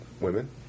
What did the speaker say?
women